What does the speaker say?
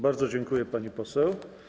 Bardzo dziękuję, pani poseł.